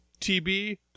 tb